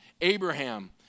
Abraham